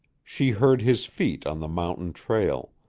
she heard his feet on the mountain trail.